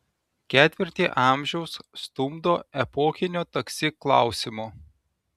ketvirtį amžiaus stumdo epochinio taksi klausimo